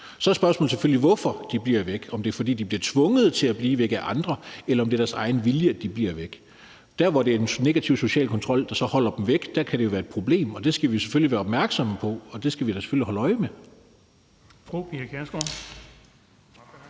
Så er spørgsmålet selvfølgelig, hvorfor de bliver væk – om det er, fordi de bliver tvunget til at blive væk af andre, eller om det er deres egen vilje, at de bliver væk. Der, hvor det er en negativ social kontrol, der så holder dem væk, kan det jo være et problem, og det skal vi selvfølgelig være opmærksomme på, og det skal vi da selvfølgelig holde øje med.